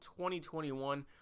2021